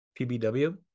pbw